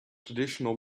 traditional